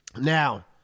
Now